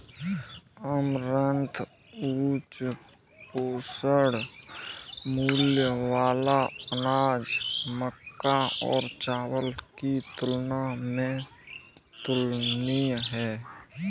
amaranth उच्च पोषण मूल्य वाला अनाज मक्का और चावल की तुलना में तुलनीय है